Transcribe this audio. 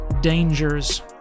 dangers